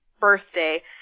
birthday